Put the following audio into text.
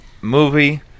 movie